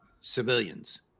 civilians